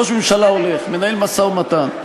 ראש ממשלה הולך, מנהל משא-ומתן.